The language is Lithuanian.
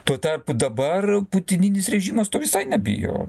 tuo tarpu dabar putinintis režimas to visai nebijo